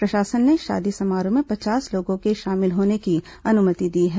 प्रशासन ने शादी समारोह में पचास लोगों के शामिल होने की अनुमति दी है